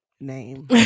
name